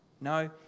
No